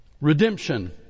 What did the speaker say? Redemption